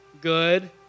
good